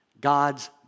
God's